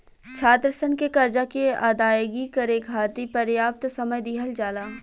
छात्रसन के करजा के अदायगी करे खाति परयाप्त समय दिहल जाला